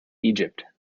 egypt